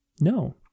No